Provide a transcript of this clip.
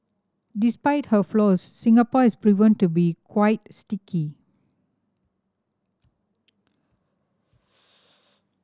despite her flaws Singapore has proven to be quite sticky